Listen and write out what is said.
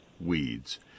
weeds